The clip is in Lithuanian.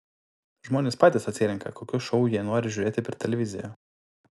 žmonės patys atsirenka kokius šou jie nori žiūrėti per televiziją